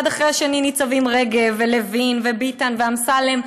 אחד אחרי השני ניצבים רגב, ולוין, וביטן, ואמסלם,